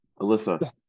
Alyssa